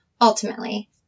Ultimately